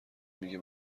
میگه